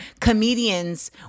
Comedians